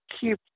keep